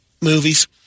movies